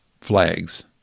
flags